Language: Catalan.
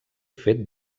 fet